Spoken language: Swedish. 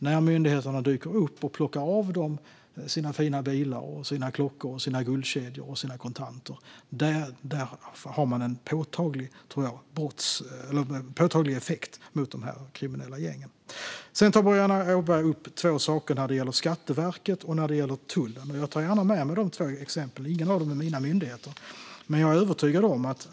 När myndigheterna dyker upp och plockar av de kriminella gängen deras fina bilar, klockor, guldkedjor och kontanter tror jag att det har en påtaglig effekt. Sedan tar Boriana Åberg upp två saker när det gäller Skatteverket och när det gäller tullen, och jag tar gärna med mig de två exemplen även om ingen av myndigheterna är min.